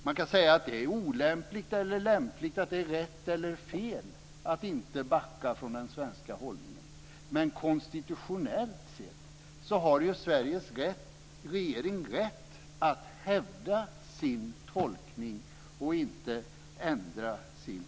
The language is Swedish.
Man kan säga att det är lämpligt eller olämpligt, rätt eller fel att inte backa från den svenska hållningen. Men konstitutionellt sett har Sveriges regering rätt att hävda sin tolkning och inte ändra den.